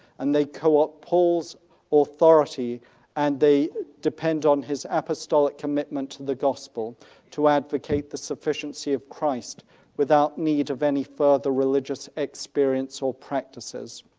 and they co-op paul's authority and they depend on his apostolic commitment to the gospel to advocate the sufficiency of christ without need of any further religious experience or practices.